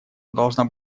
должна